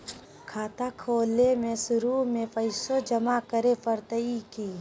खाता खोले में शुरू में पैसो जमा करे पड़तई की?